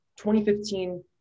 2015